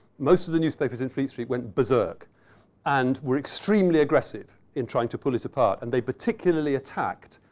most of the newspapers in fleet street went berserk and were extremely aggressive in trying to pull it apart. and they particularly attacked,